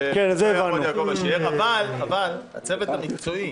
--- אבל הצוות המקצועי